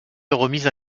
remises